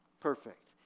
perfect